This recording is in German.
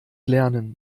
lernen